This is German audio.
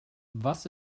was